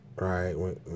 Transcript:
right